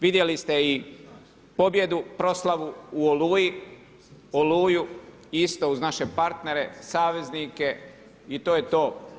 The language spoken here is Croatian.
Vidjeli ste i pobjedu proslavu u Oluji, Oluju, isto uz naše partnere, saveznike i to je to.